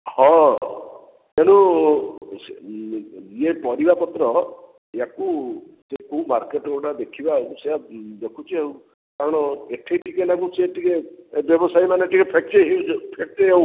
ହଁ ତେଣୁ ଇଏ ପରିବା ପତ୍ର ଏହାକୁ କେଉଁ ମାର୍କେଟ୍ରେ ଗୋଟେ ଦେଖିବା ଆଉ ସେୟା ଦେଖୁଛି ଆଉ କାରଣ ଏଠୁ ଟିକେନାକୁ ସେ ଟିକିଏ ବ୍ୟବସାୟୀମାନେ ଟିକିଏ ଫେଚ୍କେଇ ହେଇ ହେଉଛନ୍ତି